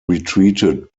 retreated